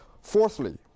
Fourthly